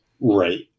right